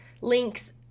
Link's